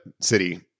city